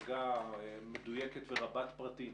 הצגה מדויקת ורבת פרטים